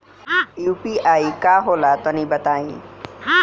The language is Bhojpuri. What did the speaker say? इ यू.पी.आई का होला तनि बताईं?